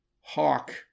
Hawk